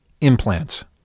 implants